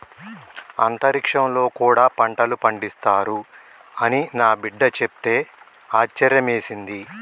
అంతరిక్షంలో కూడా పంటలు పండిస్తారు అని నా బిడ్డ చెప్తే ఆశ్యర్యమేసింది